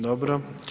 Dobro.